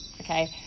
okay